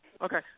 okay